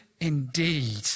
indeed